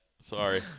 Sorry